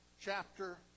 chapter